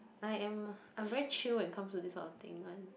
I am I'm very chill when comes to this kind of thing one